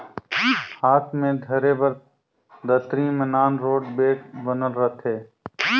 हाथ मे धरे बर दतरी मे नान रोट बेठ बनल रहथे